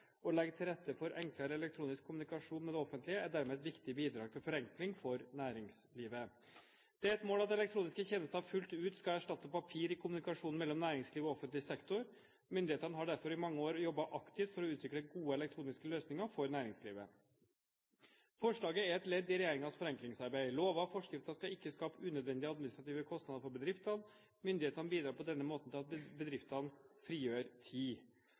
Å legge til rette for enklere elektronisk kommunikasjon med det offentlige er dermed et viktig bidrag til forenkling for næringslivet. Det er et mål at elektroniske tjenester fullt ut skal erstatte papir i kommunikasjonen mellom næringslivet og offentlig sektor. Myndighetene har derfor i mange år jobbet aktivt for å utvikle gode elektroniske løsninger for næringslivet. Forslaget er et ledd i regjeringens forenklingsarbeid. Lover og forskrifter skal ikke skape unødvendige administrative kostnader for bedriftene. Myndighetene bidrar på denne måten til at bedriftene frigjør tid.